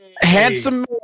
Handsome